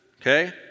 okay